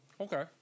Okay